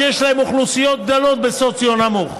שיש להן אוכלוסיות גדולות בסוציו נמוך,